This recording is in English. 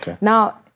Now